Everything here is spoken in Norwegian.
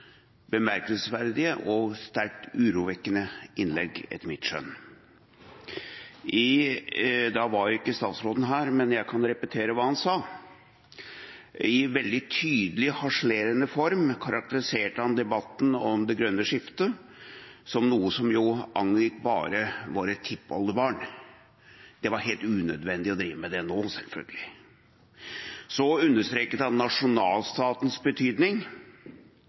bemerkelsesverdige og svært urovekkende innlegg. Statsråden var ikke her da, men jeg kan repetere hva representanten sa: I veldig tydelig, harselerende form karakteriserte han debatten om det grønne skiftet som noe som bare angikk våre tippoldebarn – det var helt unødvendig å drive med det nå, selvfølgelig. Så understreket han nasjonalstatens betydning,